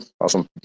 awesome